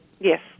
Yes